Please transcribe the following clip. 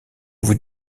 vous